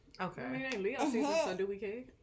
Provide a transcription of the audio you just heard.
Okay